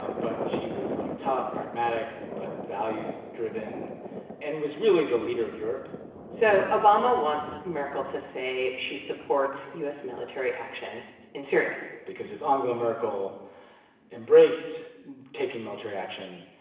um but she was, like, tough, pragmatic but values-driven and was really the leader of europe so obama wants merkel to say she supports u s. military action in syria because if angela merkel embraced taking military action,